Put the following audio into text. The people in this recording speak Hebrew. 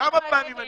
כמה פעמים אני מבקש.